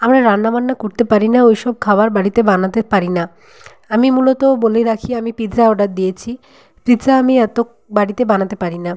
আমরা রান্নাবান্না করতে পারি না ওইসব খাবার বাড়িতে বানাতে পারি না আমি মূলত বলেই রাখি আমি পিৎজা অর্ডার দিয়েছি পিৎজা আমি এত বাড়িতে বানাতে পারি না